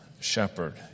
shepherd